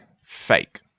fake